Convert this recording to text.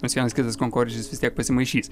nors vienas kitas kankorėžis vis tiek pasimaišys